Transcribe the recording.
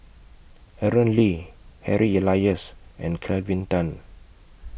Aaron Lee Harry Elias and Kelvin Tan